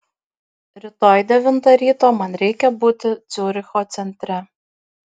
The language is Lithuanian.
rytoj devintą ryto man reikia būti ciuricho centre